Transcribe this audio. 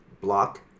block